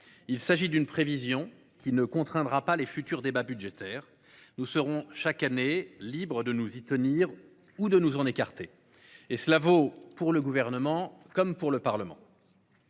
Il s’agit d’une prévision, qui ne contraindra pas les futurs débats budgétaires. Nous serons chaque année libres de nous y tenir ou de nous en écarter. Cela vaut pour le Gouvernement autant que pour le Parlement.